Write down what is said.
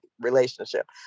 relationship